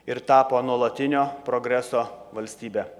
ir tapo nuolatinio progreso valstybe